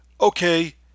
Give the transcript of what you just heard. okay